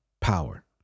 power